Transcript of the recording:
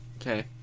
Okay